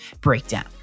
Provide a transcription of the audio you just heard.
breakdown